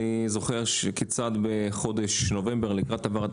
אני זוכר כיצד בחודש נובמבר לקראת העברת